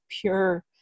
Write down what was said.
pure